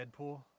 Deadpool